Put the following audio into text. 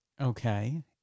Okay